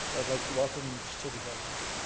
so i'd like to welcome them to city hall, your